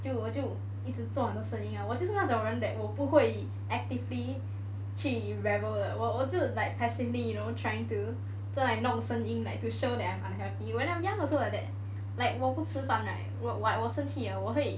就我就一直做很多声音我就是那种人 that 我不会 actively 去 rebel 的我就 like passively you know trying to 弄声音 to show that I am unhappy when I'm young also like that like 我不吃饭 right what 我生气 right 我会